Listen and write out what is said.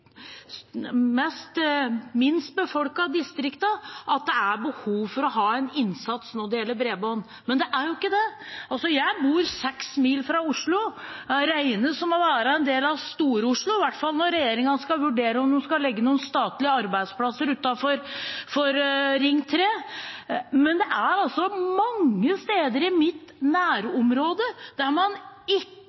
minst befolkede distriktene det er behov for å ha en innsats når det gjelder bredbånd. Men det er jo ikke det. Jeg bor 6 mil fra Oslo, det regnes som å være en del av Stor-Oslo, i hvert fall når regjeringen skal vurdere om de skal legge noen statlige arbeidsplasser utenfor Ring 3. Det er mange steder i mitt nærområde der man ikke